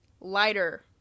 lighter